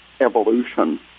evolution